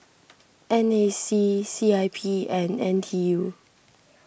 N A C C I P and N T U